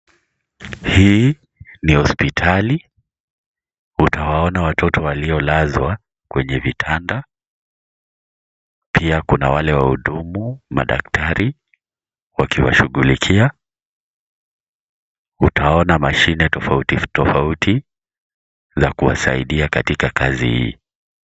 Hii ni hospitali utawaona watoto waliolazwa kwenye vitanda pia kuna wale wahudumu madaktari wakiwashughulikia utaona mashine tofauti tofauti ya kuwasaidia katika kazi hii.